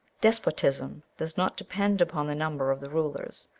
despotism does not depend upon the number of the rulers,